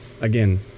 again